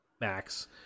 max